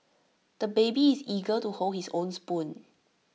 the baby is eager to hold his own spoon